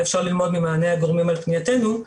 ואפשר ללמוד ממענה הגורמים על פנייתנו,